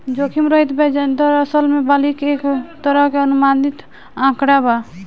जोखिम रहित ब्याज दर, असल में बल्कि एक तरह के अनुमानित आंकड़ा बा